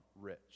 rich